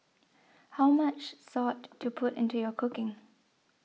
how much salt to put into your cooking